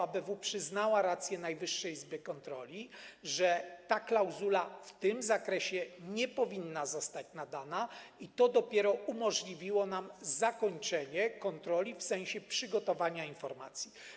ABW przyznała rację Najwyższej Izbie Kontroli, że ta klauzula w tym zakresie nie powinna zostać nadana i to dopiero umożliwiło nam zakończenie kontroli w sensie przygotowania informacji.